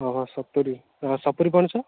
ଅ ହଁ ସତୁରୀ ଅ ସପୁରୀ ପଣସ